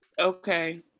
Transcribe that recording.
Okay